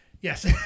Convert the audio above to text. Yes